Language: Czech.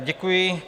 Děkuji.